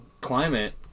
climate